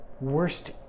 worst